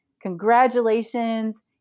Congratulations